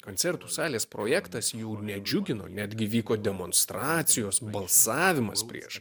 koncertų salės projektas jų nedžiugino netgi vyko demonstracijos balsavimas prieš